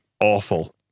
awful